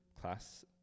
class